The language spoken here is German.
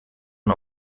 man